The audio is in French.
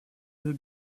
les